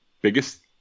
biggest